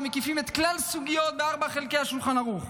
המקיפים את כלל סוגיות ארבעת חלקי השולחן ערוך,